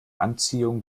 anziehung